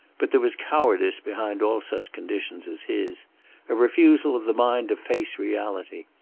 but there was cowardice behind all such conditions as his a refusal of the mind to face reality.